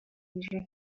umuriro